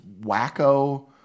wacko